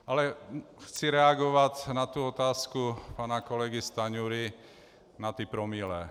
Ale chci reagovat na otázku pana kolegy Stanjury na ta promile.